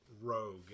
Rogue